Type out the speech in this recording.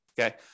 Okay